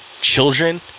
children